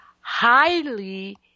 highly